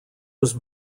was